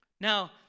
Now